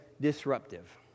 disruptive